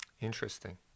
Interesting